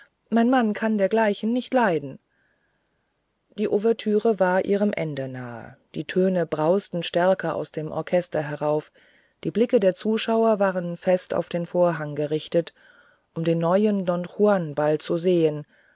mein mann kann dergleichen nicht leiden die ouvertüre war ihrem ende nahe die töne brausten stärker aus dem orchester herauf die blicke der zuschauer waren fest auf den vorhang gerichtet um den neuen don juan bald zu sehen